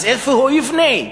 אז איפה הוא יבנה?